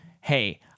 hey